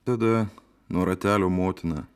tada nuo ratelio motina